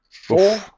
four